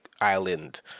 island